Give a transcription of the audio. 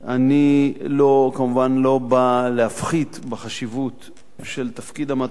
אני כמובן לא בא להפחית בחשיבות של תפקיד המת"לים,